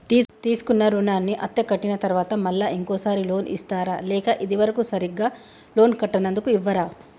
తీసుకున్న రుణాన్ని అత్తే కట్టిన తరువాత మళ్ళా ఇంకో సారి లోన్ ఇస్తారా లేక ఇది వరకు సరిగ్గా లోన్ కట్టనందుకు ఇవ్వరా?